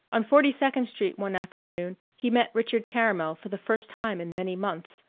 on forty-second street one afternoon he met richard caramel for the first time in many months,